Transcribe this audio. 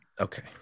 okay